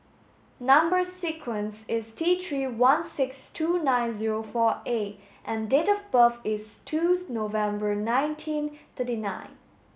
number sequence is T three one six two nine zero four A and date of birth is twos November nineteen thirty nine